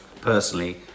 personally